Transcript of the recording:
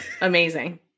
amazing